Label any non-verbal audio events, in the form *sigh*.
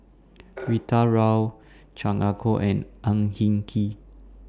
*noise* Rita Chao Chan Ah Kow and Ang Hin Kee